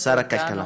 שר הכלכלה.